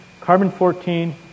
Carbon-14